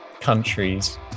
countries